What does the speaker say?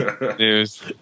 News